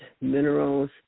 minerals